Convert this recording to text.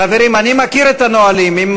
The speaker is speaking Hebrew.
חברים, אני מכיר את הנהלים.